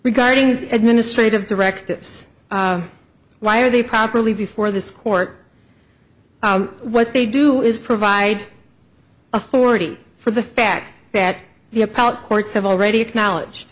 regarding administrative directives why are they properly before the court what they do is provide authority for the fact that the appellate courts have already acknowledge